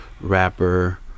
rapper